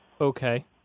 Okay